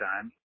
time